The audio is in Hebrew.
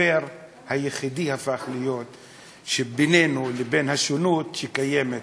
המחבר היחידי שהפך להיות בינינו בשונות שקיימת.